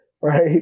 right